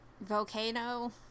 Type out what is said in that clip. volcano